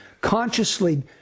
Consciously